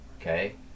okay